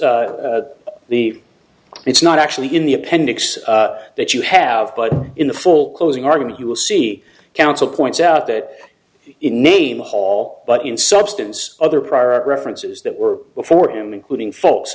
the it's not actually in the appendix that you have but in the full closing argument you will see counsel points out that in name hall but in substance other prior references that were before him including folks